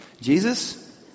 Jesus